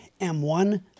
M1